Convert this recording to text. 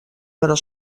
però